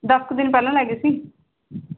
ਦਸ ਕਿ ਦਿਨ ਪਹਿਲਾਂ ਲੈ ਗਏ ਸੀ